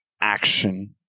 action